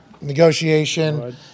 negotiation